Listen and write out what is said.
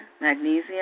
magnesium